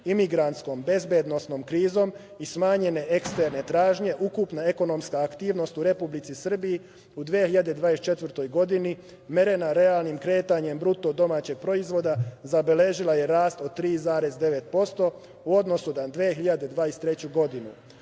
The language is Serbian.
imigrantskom, bezbednosnom krizom i smanjene eksterne tražnje ukupna ekonomska aktivnost u Republici Srbiji u 2024. godini merena realnim kretanjem BDP zabeležila je rast od 3,9% u odnosu na 2023. godinu.